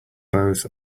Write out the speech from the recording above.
both